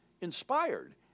inspired